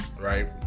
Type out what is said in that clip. right